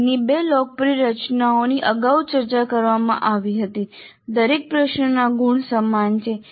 SEE ની બે લોકપ્રિય રચનાઓની અગાઉ ચર્ચા કરવામાં આવી હતી દરેક પ્રશ્નના ગુણ સમાન છે